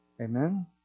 Amen